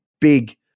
big